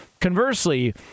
conversely